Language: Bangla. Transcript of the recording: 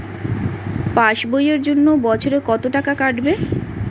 পাস বইয়ের জন্য বছরে কত টাকা কাটবে?